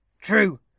True